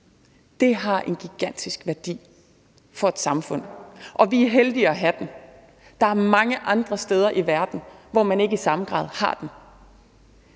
det har en gigantisk værdi for et samfund. Og vi er heldige at have dem. Der er mange andre steder i verden, hvor man ikke i samme grad har dem.